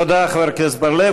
תודה, חבר הכנסת בר-לב.